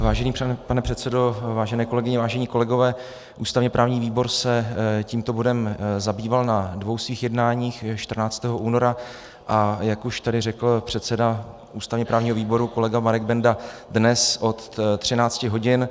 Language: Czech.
Vážený pane předsedo, vážené kolegyně, vážení kolegové, ústavněprávní výbor se tímto bodem zabýval na dvou svých jednáních, 14. února, a jak už tady řekl předseda ústavněprávního výboru kolega Marek Benda, dnes od 13 hodin.